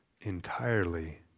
entirely